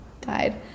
died